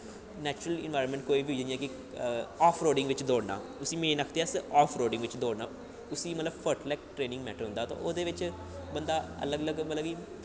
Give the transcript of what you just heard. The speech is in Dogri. नैचुर्ल इंन्वाईरनमैंट कोई बी होई गेआ जि'यां कि हॉफ रोडिंग च दौड़ना उस्सी आखदे अस हॉफ रोड़िंग बिच्च दौड़ना उस्सी मतलब परफैक्ट ट्रेनिंग मैट्टर होंदा ओह्दे बिच्च बंदा अलग अलग मतलब कि